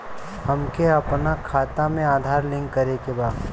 हमके अपना खाता में आधार लिंक करें के बा?